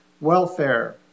welfare